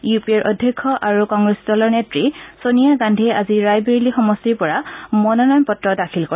U P এৰ অধ্যক্ষ আৰু কংগ্ৰেছ দলৰ নেত্ৰী ছোনিয়া গান্ধীয়ে আজি ৰায়বৰেলী সমষ্টিৰ পৰা মনোনয়ন পত্ৰ দাখিল কৰে